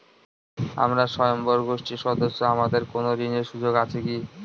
আমরা স্বয়ম্ভর গোষ্ঠীর সদস্য আমাদের কোন ঋণের সুযোগ আছে কি?